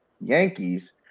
Yankees